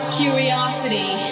curiosity